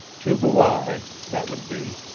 tubuai, that would be.